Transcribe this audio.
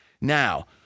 Now